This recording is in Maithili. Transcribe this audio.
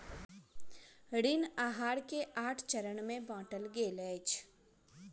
ऋण आहार के आठ चरण में बाटल गेल अछि